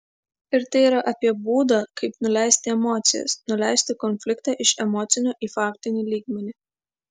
ir tai yra apie būdą kaip nuleisti emocijas nuleisti konfliktą iš emocinio į faktinį lygmenį